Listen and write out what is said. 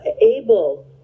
able